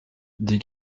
dit